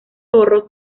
zorro